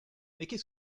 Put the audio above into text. qu’est